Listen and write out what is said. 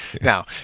Now